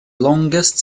longest